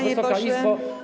Wysoka Izbo!